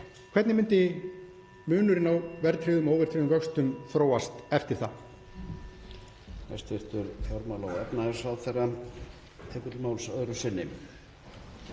Hvernig myndi munurinn á verðtryggðum og óverðtryggðum vöxtum þróast eftir það?